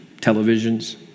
televisions